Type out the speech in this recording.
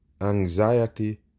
anxiety